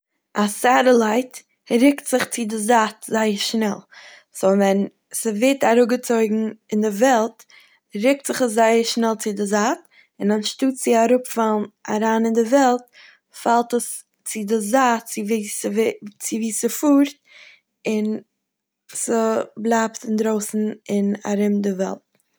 א סעטעלייט רוקט זיך צו די זייט זייער שנעל סאו ווען ס'ווערט אראפגעצויגן אין די וועלט רוקט זיך עס זייער שנעל צו די זייט און אנשטאטס צו אראפפאלן אריין אין די וועלט פאלט עס צו די זייט צו ווי ס'ווערט- צו ווי ס'פארט און ס'בלייבט אינדרויסן און ארום די וועלט.